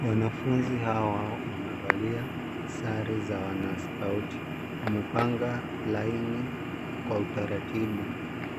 Wanafunzi hawa wamevalia sare za wanaskauti wamepanga laini kwa utaratibu,